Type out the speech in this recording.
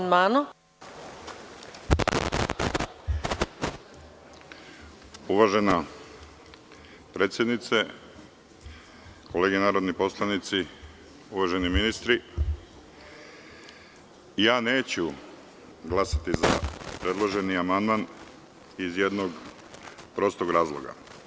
Uvažena predsednice, kolege narodni poslanici, uvaženi ministri, neću glasati za predloženi amandman iz jednog prostog razloga.